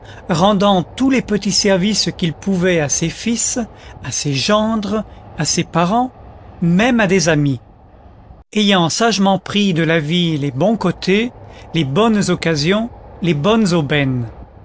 rendant tous les petits services qu'il pouvait à ses fils à ses gendres à ses parents même à des amis ayant sagement pris de la vie les bons côtés les bonnes occasions les bonnes aubaines